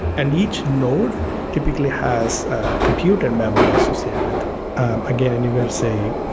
and each node typically has a computer memory associated with again anywhere say,